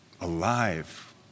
alive